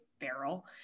barrel